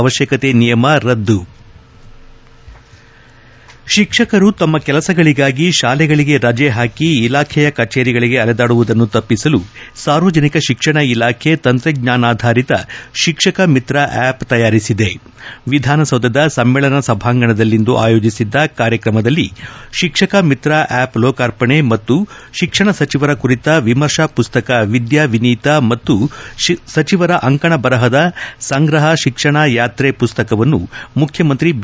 ಅವಶ್ಯಕತೆ ನಿಯಮ ರದ್ದು ಶಿಕ್ಷಕರು ತಮ್ಮ ಕೆಲಸಗಳಿಗಾಗಿ ಶಾಲೆಗಳಿಗೆ ರಜೆ ಹಾಕಿ ಇಲಾಖೆಯ ಕಚೇರಿಗಳಿಗೆ ಅಲೆದಾಡುವುದನ್ನು ತಪ್ಪಿಸಲು ಸಾರ್ವಜನಿಕ ಶಿಕ್ಷಣ ಇಲಾಖೆ ತಂತ್ರಜ್ಞಾನಾಧಾರಿತ ಶಿಕ್ಷಕ ಮಿತ್ರ ಆಪ್ ತಯಾರಿಸಿದೆ ವಿಧಾನಸೌಧದ ಸಮ್ಮೇಳನ ಸಭಾಂಗಣದಲ್ಲಿಂದು ಆಯೋಜಿಸಿದ್ದ ಕಾರ್ಯಕ್ರಮದಲ್ಲಿ ಶಿಕ್ಷಕ ಮಿತ್ರ ಆಪ್ ಲೋಕಾರ್ಪಣೆ ಮತ್ತು ಶಿಕ್ಷಣ ಸಚಿವರ ಕುರಿತ ವಿಮರ್ಶಾ ಪುಸ್ತಕ ವಿದ್ಯಾವಿನೀತ ಮತ್ತು ಸಚಿವರ ಅಂಕಣ ಬರಹದ ಸಂಗ್ರಹ ಶಿಕ್ಷಣ ಯಾತ್ರೆ ಪುಸ್ತಕವನ್ನು ಮುಖ್ಯಮಂತ್ರಿ ಬಿ